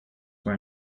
were